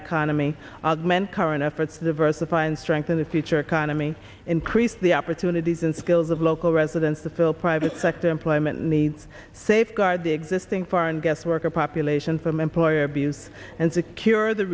economy of men current efforts to diversify and strengthen the future economy increase the opportunities and skills of local residents to fill private sector employment needs safeguard the existing foreign guest worker population from employer abuse and secure the